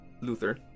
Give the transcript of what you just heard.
Luther